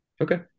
Okay